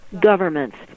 governments